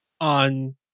on